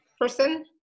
person